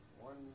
One